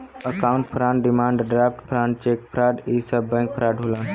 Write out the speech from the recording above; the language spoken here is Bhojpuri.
account fraud demand draft fraud cheque fraud इ सब बैंक फ्राड होलन